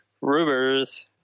Rumors